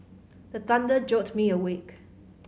the thunder jolt me awake